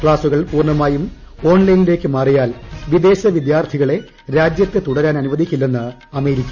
ക്ലാസുകൾ പൂർണ്ണമായും ഓൺലൈനിലേക്ക് മാറിയാൽ വിദേശ വിദ്യാർത്ഥികളെ രാജ്യത്ത് തുടരാൻ അനുവദിക്കില്ലെന്ന് അമേരിക്ക